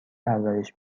پرورش